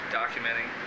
documenting